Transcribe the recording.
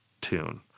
tune